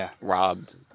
robbed